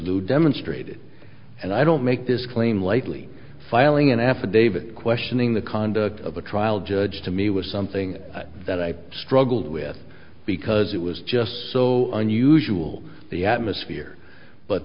who demonstrated and i don't make this claim lightly filing an affidavit questioning the conduct of the trial judge to me was something that i struggled with because it was just so unusual the atmosphere but